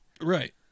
Right